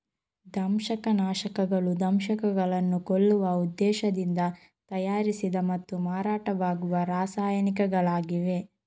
ದಂಶಕ ನಾಶಕಗಳು ದಂಶಕಗಳನ್ನು ಕೊಲ್ಲುವ ಉದ್ದೇಶದಿಂದ ತಯಾರಿಸಿದ ಮತ್ತು ಮಾರಾಟವಾಗುವ ರಾಸಾಯನಿಕಗಳಾಗಿವೆ